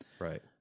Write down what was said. Right